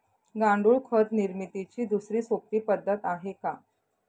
गांडूळ खत निर्मितीची दुसरी सोपी पद्धत आहे का?